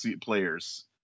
player's